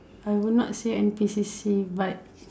I would not say N_P_C_C but